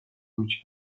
which